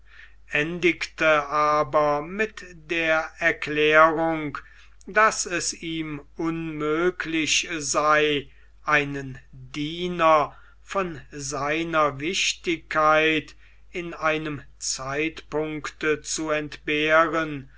endigte aber mit der erklärung daß es ihm unmöglich sei einen diener von seiner wichtigkeit in einem zeitpunkte zu entbehren